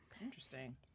interesting